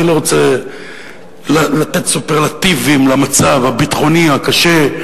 אני לא רוצה לתת סופרלטיבים למצב הביטחוני הקשה,